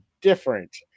different